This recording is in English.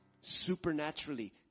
supernaturally